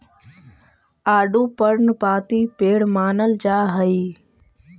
आडू पर्णपाती पेड़ मानल जा हई